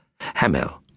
Hamel